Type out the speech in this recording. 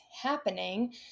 happening